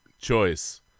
choice